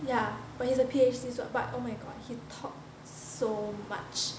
ya but he's a PhD also but oh my god he talk so much